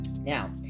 Now